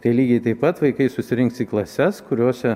tai lygiai taip pat vaikai susirinks į klases kuriose